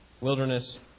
wilderness